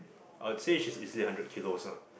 I would say she is easily hundred kilos ah